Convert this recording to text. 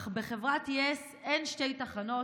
אך בחברת יס אין שתי תחנות.